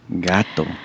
gato